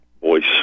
voice